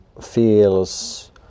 feels